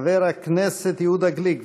חבר הכנסת יהודה גליק,